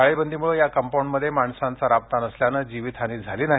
टाळेबंदीमुळे या कंपाऊडमध्ये माणसांचा राबता नसल्यानं जीवित हानी झाली नाही